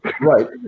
Right